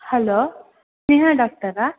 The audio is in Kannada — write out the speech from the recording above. ಹಲೋ ಸ್ನೇಹ ಡಾಕ್ಟರಾ